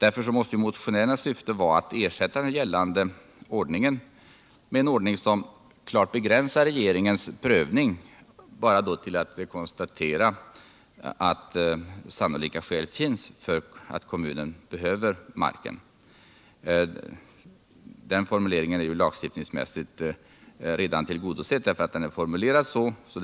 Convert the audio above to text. Därför måste motionärernas syfte vara att ersätta den gällande ordningen med en ordning, som klart begränsar regeringens prövning till ett konstaterande av att sannolika skäl finns för att kommunen behöver marken. Den formuleringen ärju lagstiftningsmässigt redan tillgodosedd, eftersom lagen är formulerad så.